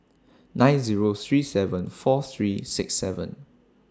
nine Zero three seven four three six seven